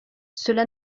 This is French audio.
cela